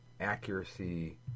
accuracy